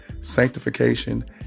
sanctification